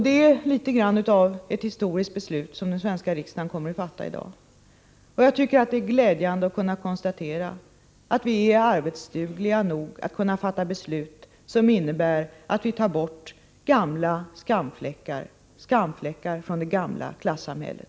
Det är litet av ett historiskt beslut som den svenska riksdagen kommer att fatta i dag. Det är glädjande att kunna konstatera att vi är arbetsdugliga nog att kunna fatta beslut som innebär att vi tar bort skamfläckar från det gamla klassamhället.